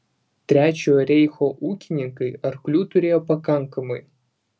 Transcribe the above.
trečiojo reicho ūkininkai arklių turėjo pakankamai